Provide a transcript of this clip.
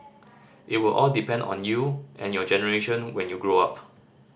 it will all depend on you and your generation when you grow up